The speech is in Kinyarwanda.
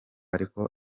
ariko